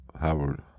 Howard